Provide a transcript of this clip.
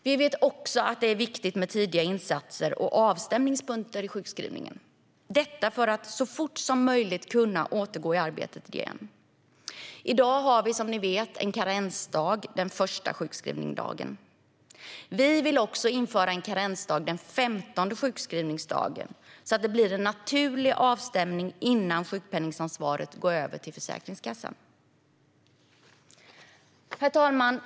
Vi vet också att det även är viktigt med tidiga insatser och avstämningspunkter i sjukskrivningen - detta för att så fort som möjligt kunna återgå till arbetet igen. I dag har vi, som ni vet, en karensdag den första sjukskrivningsdagen. Vi vill också införa en karensdag den 15:e sjukskrivningsdagen, så att det blir en naturlig avstämningspunkt innan sjukpenningsansvaret går över till Försäkringskassan. Herr talman!